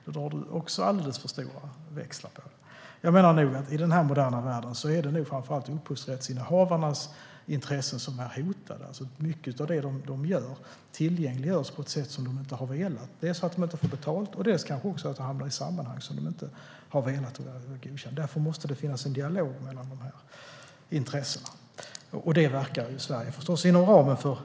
Det drar du också alldeles för stora växlar på. I denna moderna värld är det nog framför allt upphovsrättshavarnas intressen som är hotade. Mycket av det de gör tillgängliggörs på ett sätt som de inte har velat. Det handlar om dels att de inte får betalt, dels att det kanske hamnar i sammanhang som de inte har velat eller godkänt. Därför måste det finnas en dialog mellan intressena. Det verkar Sverige för inom ramen för EU.